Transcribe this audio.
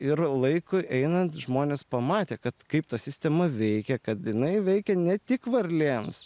ir laikui einant žmonės pamatė kad kaip ta sistema veikia kad jinai veikia ne tik varlėms